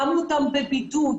שמו אותם בבידוד.